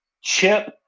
chip